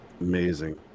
Amazing